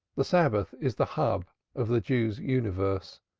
the sabbath is the hub of the jew's universe